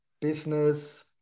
business